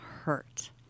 hurt